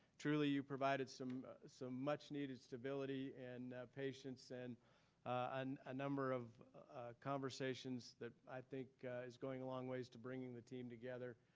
truly you provided some so much needed stability and patience and and a number of conversations that i think is going a long ways to bringing the team together.